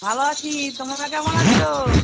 ভালো আছি তোমরা কেমন আছো